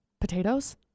Potatoes